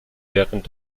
während